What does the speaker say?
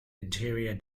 interior